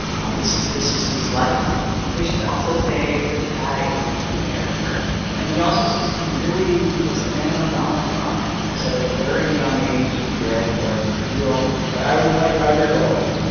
um this is this is his life we should also say this guy is kind of a character and he also says he really was a fan of donald trump. he said at a very young age, he read the art of the deal. when i was twenty five years old,